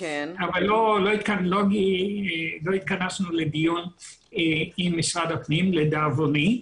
אבל לא התכנסנו לדיון עם משרד הפנים לדאבוני.